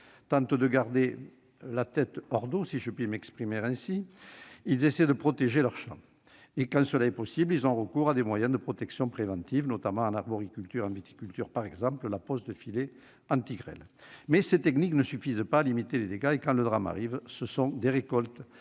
tentent de garder la tête hors de l'eau, si je puis m'exprimer ainsi. Ils essaient de protéger leurs champs. Quand cela est possible, ils ont recours à des moyens de protection préventifs, notamment en arboriculture et en viticulture, par exemple la pose de filets anti-grêle. Mais ces techniques ne suffisent pas à limiter les dégâts. Et quand le drame arrive, les récoltes